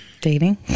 dating